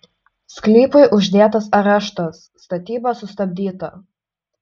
sklypui uždėtas areštas statyba sustabdyta